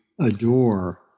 adore